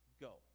go